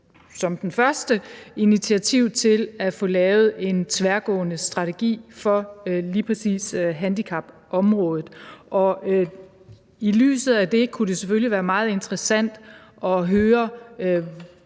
som den første initiativ til at få lavet en tværgående strategi for lige præcis handicapområdet, og i lyset af det kunne det selvfølgelig være meget interessant at høre,